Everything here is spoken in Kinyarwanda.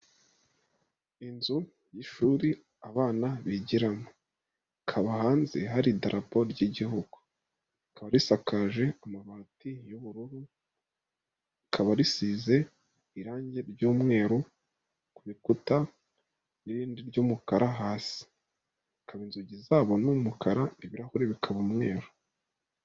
Inzu y'ishuri abana bigiramo, hakaba hanze hari idarapo ry'Igihugu, rikaba risakaje amabati y'ubururu, rikaba risize irangi ry'umweru ku bikuta, irindi ry'umukara hasi, hakaba inzugi zabo ni umukara, ibirahure bikaba umweru.